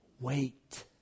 wait